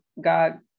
God